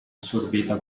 assorbita